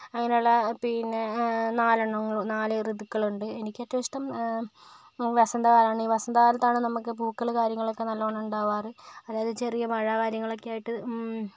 അങ്ങനെയുള്ള പിന്നെ നാലെണ്ണങ്ങൾ നാല് ഋതുക്കളുണ്ട് എനിക്ക് ഏറ്റവും ഇഷ്ടം വസന്തകാലമാണ് വസന്തകാലത്താണ് നമുക്ക് പൂക്കൾ കാര്യങ്ങളൊക്കെ നല്ലവൺനം ഉണ്ടാകാറ് അതായത് ചെറിയ മഴ കാര്യങ്ങളൊക്കെയായിട്ട്